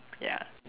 ya